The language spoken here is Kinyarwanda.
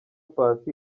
paccy